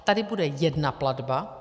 Tady bude jedna platba.